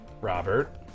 Robert